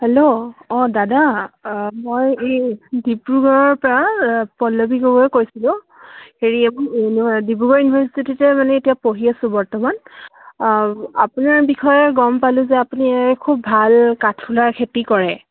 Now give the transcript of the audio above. hello অঁ দাদা মই এই ডিব্ৰুগড়ৰপৰা পল্লৱী গগৈয়ে কৈছিলোঁ হেৰি ডিব্ৰুগড় ইউনিভাৰ্চিটীতে মানে এতিয়া পঢ়ি আছো বৰ্তমান আপোনাৰ বিষয়ে গ'ম পালোঁ যে আপুনি খুব ভাল কাঠফুলাৰ খেতি কৰে